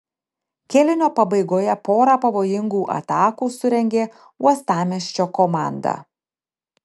kėlinio pabaigoje porą pavojingų atakų surengė uostamiesčio komanda